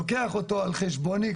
לוקח אותו על חשבוני,